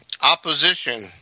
opposition